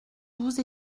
douze